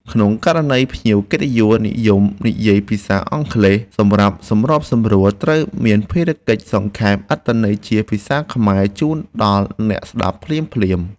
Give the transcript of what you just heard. ក្នុងករណីដែលភ្ញៀវកិត្តិយសនិយមនិយាយភាសាអង់គ្លេសអ្នកសម្របសម្រួលត្រូវមានភារកិច្ចសង្ខេបអត្ថន័យជាភាសាខ្មែរជូនដល់អ្នកស្តាប់ភ្លាមៗ។